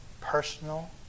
personal